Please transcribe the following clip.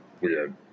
weird